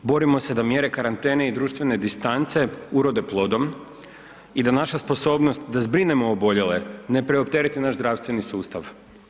Borimo se da mjere karantene i društvene distance urode plodom i da naša sposobnost da zbrinemo oboljele ne preoptereti naš zdravstveni sustav.